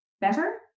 better